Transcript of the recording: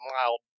mild